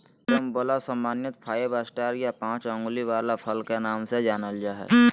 carambola सामान्यत five star या पाँच उंगली वला फल के नाम से जानल जा हय